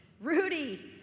Rudy